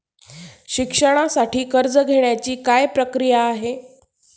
शिक्षणासाठी कर्ज घेण्याची काय प्रक्रिया आहे?